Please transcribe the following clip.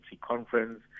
conference